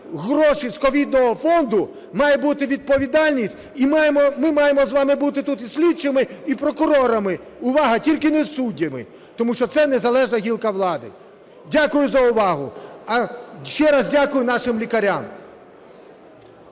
гроші з ковідного фонду, має бути відповідальність, і ми маємо з вами бути тут і слідчими, і прокурорами, увага, тільки не суддями, тому що це незалежна гілка влади. Дякую за увагу. Ще раз дякую нашим лікарям.